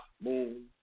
moon